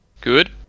Good